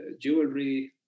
jewelry